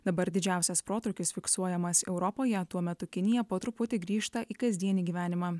dabar didžiausias protrūkis fiksuojamas europoje tuo metu kinija po truputį grįžta į kasdienį gyvenimą